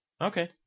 Okay